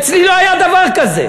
אצלי לא היה דבר כזה.